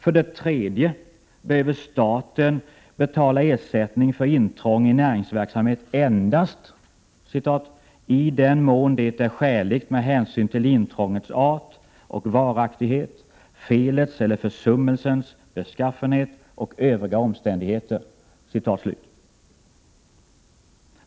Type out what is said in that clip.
För det tredje behöver staten betala ersättning för intrång i näringsverksamhet ”endast i den mån det är skäligt med hänsyn till intrångets art och varaktighet, felets eller försummelsens beskaffenhet och övriga omständigheter”.